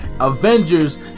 Avengers